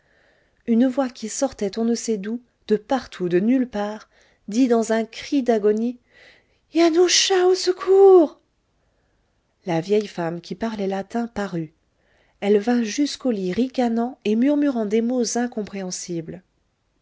une voix qui sortait on ne sait d'où de partout de nulle part dit dans un cri d'agonie yanusza au secours la vieille femme qui parlait latin parut elle vint jusqu'au lit ricanant et murmurant des mots incompréhensibles